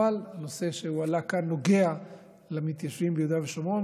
אבל הנושא שהועלה כאן נוגע למתיישבים ביהודה ושומרון,